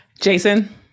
Jason